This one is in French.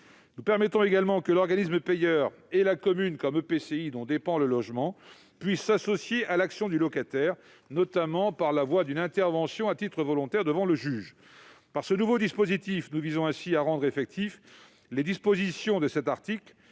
Nous proposons également que l'organisme payeur et la commune ou l'EPCI dont dépend le logement puissent s'associer à l'action du locataire, notamment par la voie d'une intervention à titre volontaire devant le juge. Avec ce nouveau dispositif, nous souhaitons rendre effectives les dispositions de cet article